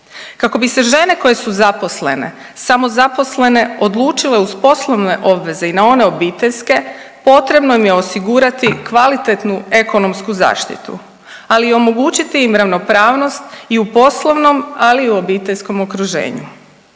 Kako bi se žene koje su zaposlene i samozaposlene odlučile uz poslovne obveze i na one obiteljske potrebno im je osigurati kvalitetnu ekonomsku zaštitu, ali i omogućiti im ravnopravnost i u poslovnom, ali i u obiteljskom okruženju.